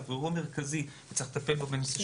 והוא אירוע מרכזי וצריך לטפל בו על ידי